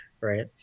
right